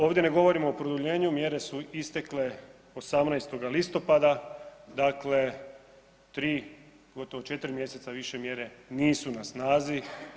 Ovdje ne govorim o produljenju, mjere su istekle 18.listopada dakle tri gotovo četiri mjeseca više mjere nisu na snazi.